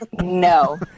no